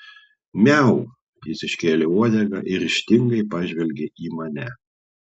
miau jis iškėlė uodegą ir ryžtingai pažvelgė į mane